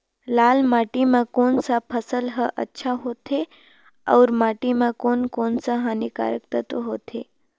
लाल माटी मां कोन सा फसल ह अच्छा होथे अउर माटी म कोन कोन स हानिकारक तत्व होथे?